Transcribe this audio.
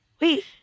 Wait